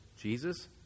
Jesus